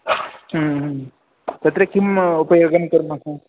तत्र किम् उपयोगं कुर्मः